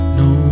no